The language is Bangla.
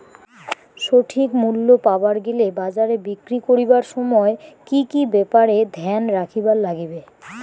সঠিক মূল্য পাবার গেলে বাজারে বিক্রি করিবার সময় কি কি ব্যাপার এ ধ্যান রাখিবার লাগবে?